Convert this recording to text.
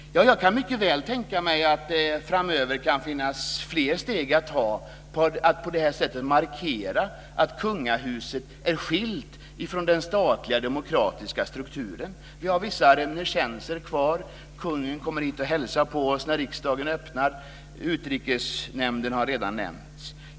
Ja, jag kan mycket väl tänka mig att det framöver kan finnas fler steg att ta, att på det sättet markera att kungahuset är skilt ifrån den statliga demokratiska strukturen. Vi har vissa av hans tjänster kvar. Kungen kommer och hälsar på oss när riksmötet öppnas, Utrikesnämnden har redan nämnts.